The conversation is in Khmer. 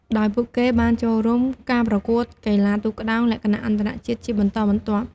ដោយពួកគេបានចូលរួមការប្រកួតកីឡាទូកក្ដោងលក្ខណៈអន្តរជាតិជាបន្តបន្ទាប់។